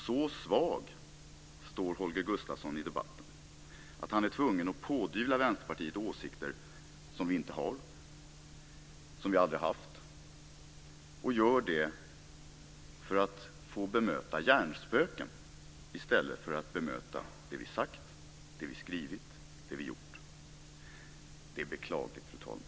Så svag står Holger Gustafsson i debatten att han är tvungen att pådyvla Vänsterpartiet åsikter som vi inte har och aldrig har haft, och han gör det för att få bemöta hjärnspöken i stället för att bemöta det vi sagt, det vi skrivit och det vi gjort. Det är beklagligt, fru talman.